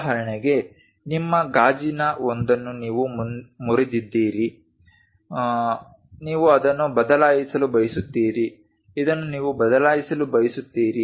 ಉದಾಹರಣೆಗೆ ನಿಮ್ಮ ಗಾಜಿನ ಒಂದನ್ನು ನೀವು ಮುರಿದಿದ್ದೀರಿ ನೀವು ಅದನ್ನು ಬದಲಾಯಿಸಲು ಬಯಸುತ್ತೀರಿ ಇದನ್ನು ನೀವು ಬದಲಾಯಿಸಲು ಬಯಸುತ್ತೀರಿ